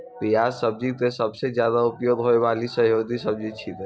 प्याज सब्जी के सबसॅ ज्यादा उपयोग होय वाला सहयोगी सब्जी छेकै